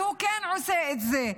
והוא כן עושה את זה.